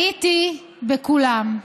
הייתי בכולם.